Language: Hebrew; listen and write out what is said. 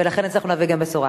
ולכן הצלחנו להביא גם בשורה.